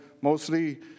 mostly